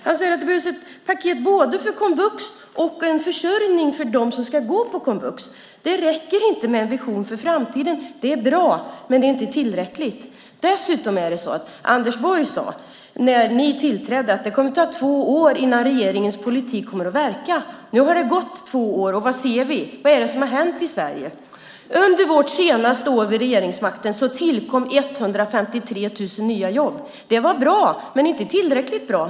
Han säger att det behövs både ett paket för komvux och en försörjning för dem som ska gå på komvux. Det räcker inte med en vision för framtiden. Det är bra, men det är inte tillräckligt. Dessutom sade Anders Borg, när ni tillträdde, att det kommer att ta två år innan regeringens politik kommer att verka. Nu har det gått två år. Vad ser vi? Vad är det som har hänt i Sverige? Under vårt senaste år vid regeringsmakten tillkom det 153 000 nya jobb. Det var bra men inte tillräckligt bra.